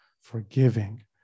forgiving